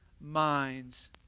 minds